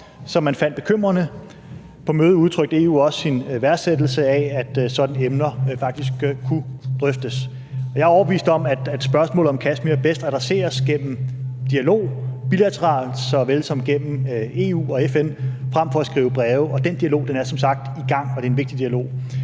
som man fandt bekymrende, op. På mødet udtrykte EU også sin værdsættelse af, at sådanne emner faktisk kunne drøftes. Jeg er overbevist om, at spørgsmålet om Kashmir bedst adresseres gennem dialog bilateralt såvel som gennem EU og FN frem for at skrive breve, og den dialog er som sagt i gang, og det er en vigtig dialog.